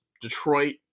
Detroit